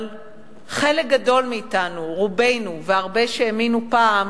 אבל חלק גדול מאתנו, רובנו, והרבה שהאמינו פעם,